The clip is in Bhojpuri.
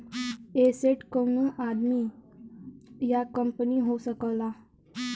एसेट कउनो आदमी या कंपनी हो सकला